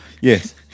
Yes